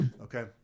Okay